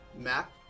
map